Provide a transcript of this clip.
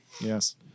Yes